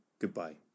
goodbye